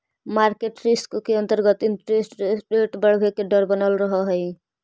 market risk के अंतर्गत interest rate बढ़वे के डर बनल रहऽ हई